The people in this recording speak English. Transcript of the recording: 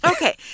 Okay